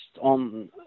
on